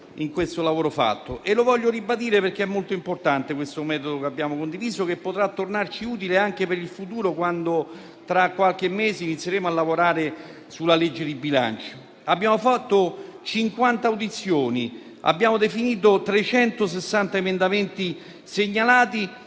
in questo lavoro e lo voglio ribadire perché è molto importante questo metodo che abbiamo condiviso, che potrà tornarci utile anche per il futuro, quando tra qualche mese inizieremo a lavorare sulla legge di bilancio. Abbiamo svolto 50 audizioni, abbiamo definito 360 emendamenti segnalati